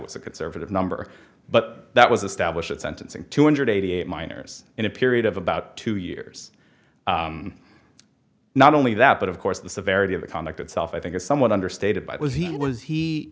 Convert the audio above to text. was a conservative number but that was established at sentencing two hundred eighty eight miners in a period of about two years not only that but of course the severity of the conduct itself i think is somewhat understated by it was he was he